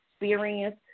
experience